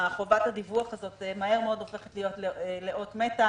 שחובת הדיווח הזאת מהר מאוד הופכת להיות לאות מתה.